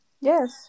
yes